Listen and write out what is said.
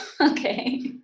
Okay